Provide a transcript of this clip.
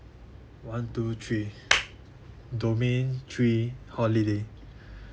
one two three domain three holiday